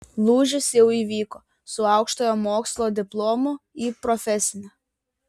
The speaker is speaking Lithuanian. lūžis jau įvyko su aukštojo mokslo diplomu į profesinę